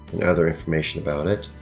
and other information about it